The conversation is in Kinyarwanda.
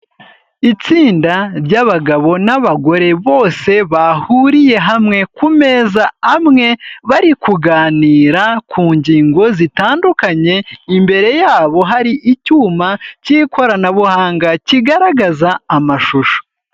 Itsinda ry'abagabo n'abagore bose bahuriye hamwe ku meza amwe, bari kuganira ku ngingo zitandukanye, imbere yabo hari icyuma cy'ikoranabuhanga kigaragaza amashusho.